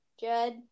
Judd